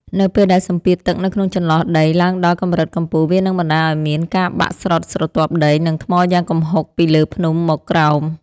នៅពេលដែលសម្ពាធទឹកនៅក្នុងចន្លោះដីឡើងដល់កម្រិតកំពូល វានឹងបណ្ដាលឱ្យមានការបាក់ស្រុតស្រទាប់ដី និងថ្មយ៉ាងគំហុកពីលើភ្នំមកក្រោម។